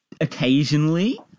occasionally